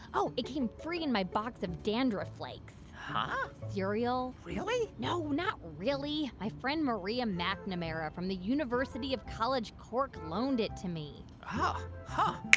oh. it came free in my box of dandruff flakes huh? cereal really? no, not really. my friend maria mcnamara from the university of college cork loaned it to me oh. huh.